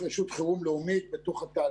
מה שמחייב אימוץ תקינה זרה.